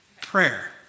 prayer